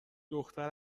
دختر